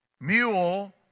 mule